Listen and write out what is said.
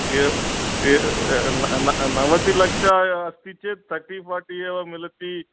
नवति लक्षया अस्ति चेत् तर्टि फ़ार्टि एव मिलति